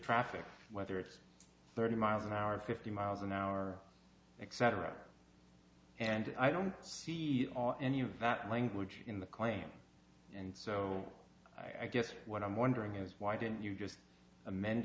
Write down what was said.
traffic whether it's thirty miles an hour fifty miles an hour etc and i don't see any of that language in the claim and so i guess what i'm wondering is why didn't you just amen